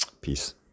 Peace